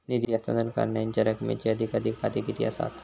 निधी हस्तांतरण करण्यांच्या रकमेची अधिकाधिक पातळी किती असात?